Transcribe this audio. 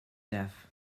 deaf